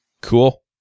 Cool